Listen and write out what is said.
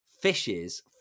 Fishes